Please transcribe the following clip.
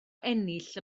ennill